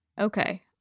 Okay